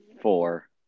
four